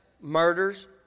murders